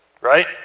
Right